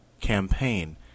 campaign